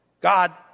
God